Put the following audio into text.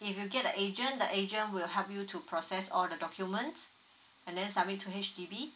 if you get the agent the agent will help you to process all the documents and then submit to H_D_B